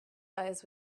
eyes